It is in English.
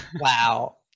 wow